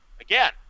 again